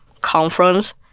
conference